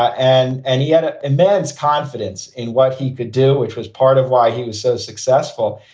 and and he had ah immense confidence in what he could do, which was part of why he was so successful.